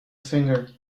finger